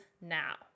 now